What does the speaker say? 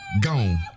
gone